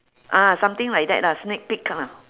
ah something like that lah sneak peek lah